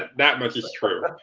that much is true.